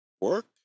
work